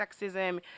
sexism